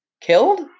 Killed